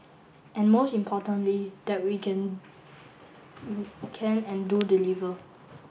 and most importantly that we can can and do deliver